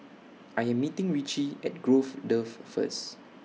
I Am meeting Richie At Grove Drive First